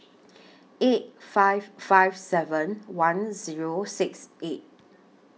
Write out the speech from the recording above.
eight five five seven one Zero six eight